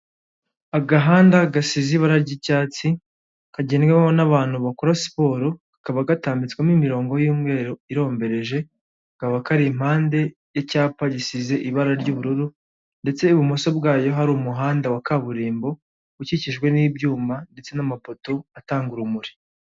Agahanda gasize ibara ry'icyatsi kagendwaho n'abantu bakora siporo, kakaba gatambitswemo imirongo y'umweru irombereje, kakaba kari impande y'icyapa gisize ibara ry'ubururu ndetse ibumoso bwayo hari umuhanda wa kaburimbo ukikijwe n'ibyuma ndetse n'amapoto atanga urumuri.